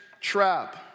trap